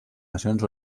nacions